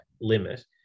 limit